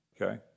Okay